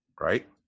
right